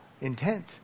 intent